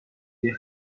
روی